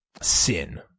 sin